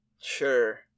Sure